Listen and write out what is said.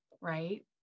right